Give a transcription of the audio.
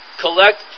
collect